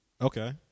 Okay